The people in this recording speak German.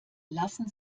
lassen